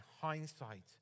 hindsight